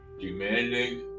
demanding